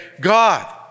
God